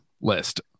list